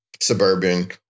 suburban